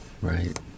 Right